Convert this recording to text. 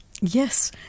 Yes